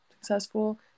successful